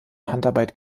handarbeit